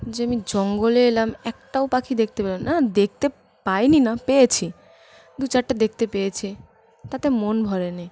যে আমি জঙ্গলে এলাম একটাও পাখি দেখতে পেলাম না দেখতে পাইনি না পেয়েছি দু চারটে দেখতে পেয়েছি তাতে মন ভরেনি